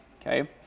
okay